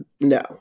no